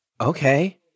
okay